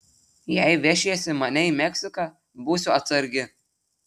jei vešiesi mane į meksiką būsiu atsargi